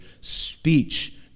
speech